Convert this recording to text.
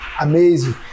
amazing